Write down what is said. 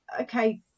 okay